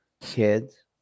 kids